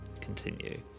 continue